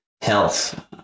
health